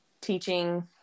teaching